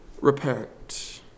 repent